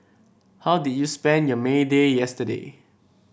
how did you spend your May Day yesterday